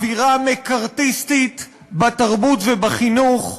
אווירה מקארתיסטית בתרבות ובחינוך,